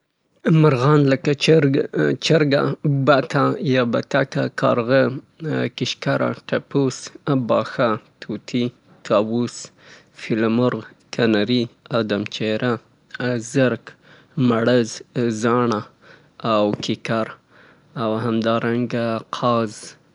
مرغۍ مختلفې مرغۍ لکه طوطي، عقاب، قاز، کنري، توتکۍ، ټپوس، بته، هیلۍ، کارغه، کیشکره، باښه، کیکر، زرک، مړز یا بودنه چې ورته وايي، کوتره او همدارنګه آدم چیره.